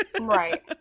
Right